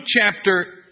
chapter